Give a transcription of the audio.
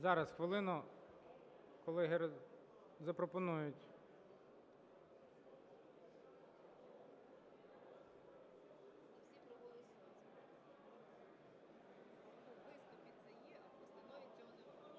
Зараз, хвилину, колеги запропонують.